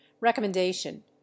Recommendation